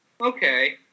Okay